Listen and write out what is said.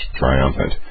triumphant